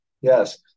Yes